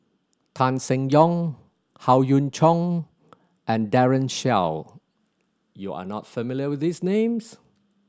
Tan Seng Yong Howe Yoon Chong and Daren Shiau you are not familiar with these names